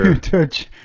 touch